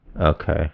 Okay